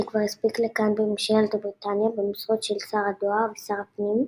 שכבר הספיק לכהן בממשלת בריטניה במשרות של שר הדואר ושר הפנים,